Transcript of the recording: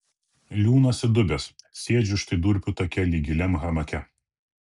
liūnas įdubęs sėdžiu štai durpių take lyg giliam hamake